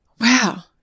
wow